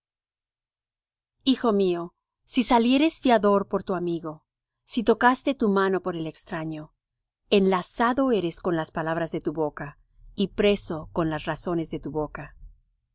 hijo mío si salieres fiador por tu amigo si tocaste tu mano por el extraño enlazado eres con las palabras de tu boca y preso con las razones de tu boca